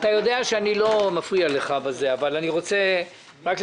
אתה יודע שאני לא מפריע לך בזה אבל אני רוצה לתקן.